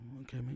okay